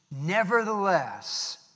Nevertheless